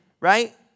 right